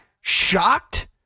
shocked